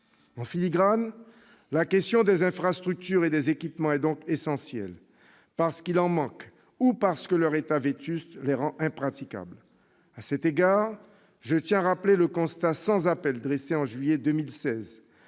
En filigrane, la question des infrastructures et des équipements est donc essentielle, parce qu'il en manque ou parce que leur état vétuste les rend impraticables. À cet égard, je tiens à rappeler le constat sans appel dressé en juillet 2016